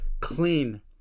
clean